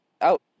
out